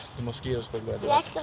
the mosquitoes but would